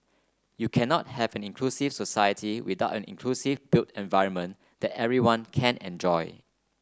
you cannot have an inclusive society without an inclusive built environment that everybody can enjoy